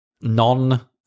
non